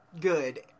good